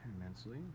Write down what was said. immensely